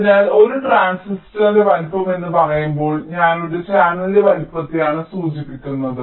അതിനാൽ ഒരു ട്രാൻസിസ്റ്ററിന്റെ വലുപ്പം എന്ന് പറയുമ്പോൾ ഞാൻ ഒരു ചാനലിന്റെ വലുപ്പത്തെയാണ് സൂചിപ്പിക്കുന്നത്